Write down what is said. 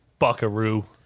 buckaroo